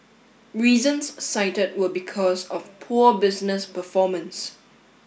reasons cited were because of poor business performance